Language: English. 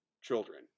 children